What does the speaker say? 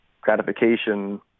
gratification